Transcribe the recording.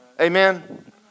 Amen